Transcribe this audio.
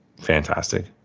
fantastic